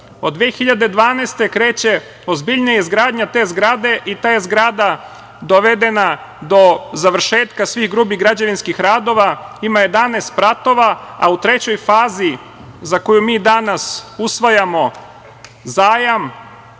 godine kreće ozbiljnija izgradnja te zgrade i ta je zgrada dovedena do završetka svih grubih građevinskih radova, ima 11 spratova, a u trećoj fazi, za koju mi danas usvajamo zajam,